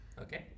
Okay